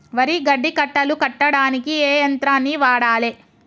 వరి గడ్డి కట్టలు కట్టడానికి ఏ యంత్రాన్ని వాడాలే?